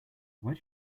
where